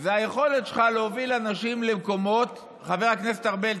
זו היכולת שלך להוביל אנשים למקומות חבר הכנסת ארבל,